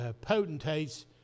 potentates